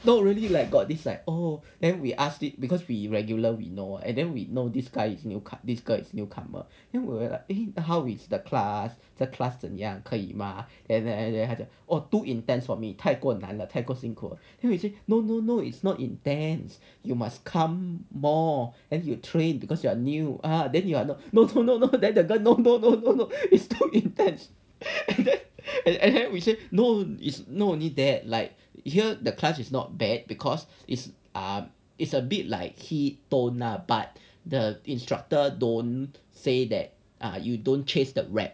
no really like got this like oh then we asked it because we regular we know and then we know this guy is new come this girl is newcomer eh how is the class the class 怎样可以 mah and then and then 他讲 too intense for me 太过难的太过辛苦了 then we say no no no it's not intense you must come more and you train because you are new ah then you are then girl keep no no no it's too intense and we say no it's not only that like you hear the class is not bad because it's a it's a bit like keytone lah but the instructor don't say that you don't chase the rep